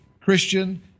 Christian